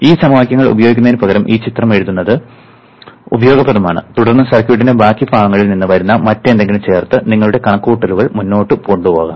ഈ സമവാക്യങ്ങൾ ഉപയോഗിക്കുന്നതിനുപകരം ഈ ചിത്രം എഴുതുന്നത് ഉപയോഗപ്രദമാണ് തുടർന്ന് സർക്യൂട്ടിന്റെ ബാക്കി ഭാഗങ്ങളിൽ നിന്ന് വരുന്ന മറ്റെന്തെങ്കിലും ചേർത്ത് നിങ്ങളുടെ കണക്കുകൂട്ടലുകളുമായി മുന്നോട്ട് പോകാം